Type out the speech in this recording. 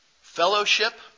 fellowship